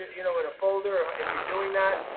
you know in a folder, if you're doing that.